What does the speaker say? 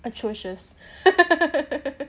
atrocious